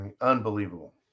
Unbelievable